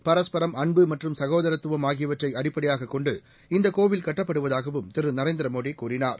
பரஸ்பரம் அன்பு மற்றும் சகோதரத்துவம் ஆகியவற்றை அடிப்படையாகக் கொன்டு இந்த கோவில் கட்டப்படுவதாகவும் திரு நரேந்திரமோடி கூறினார்